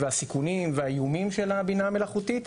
הסיכונים והאיומים של הבינה המלאכותית,